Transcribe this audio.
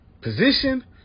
position